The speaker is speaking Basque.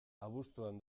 abuztuan